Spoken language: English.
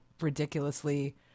ridiculously